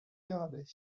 garrabet